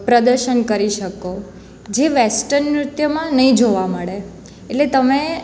પ્રદર્શન કરી શકો જે વેસ્ટન નૃત્યમાં નહીં જોવા મળે એટલે તમે